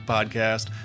Podcast